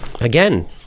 again